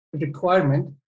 requirement